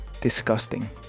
disgusting